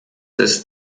ist